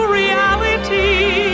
reality